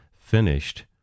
finished